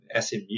SMU